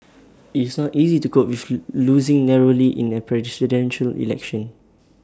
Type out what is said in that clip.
IT is not easy to cope with losing narrowly in A Presidential Election